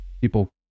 People